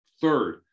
Third